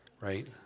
right